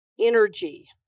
energy